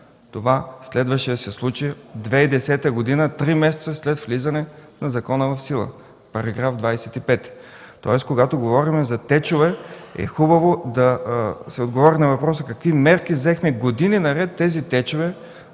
Това следваше да се случи през 2010 г. – три месеца след влизане на закона в сила, § 25. Тоест когато говорим за течове, е хубаво да се отговори на въпроса: какви мерки взехме години наред тези течове